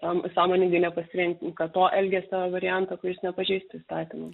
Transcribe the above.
sąm sąmoningai nepasirenka to elgesio varianto kuris nepažeistų įstatymų